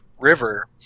river